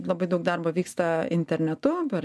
labai daug darbo vyksta internetu per